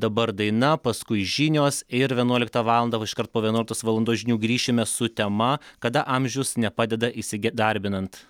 dabar daina paskui žinios ir vienuoliktą valandą o iškart po vienuoliktos valandos žinių grįšime su tema kada amžius nepadeda įsidarbinant